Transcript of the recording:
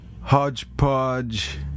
Hodgepodge